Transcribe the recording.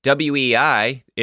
WEI